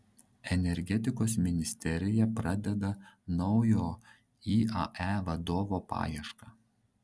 energetikos ministerija pradeda naujo iae vadovo paiešką